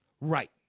Right